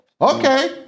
Okay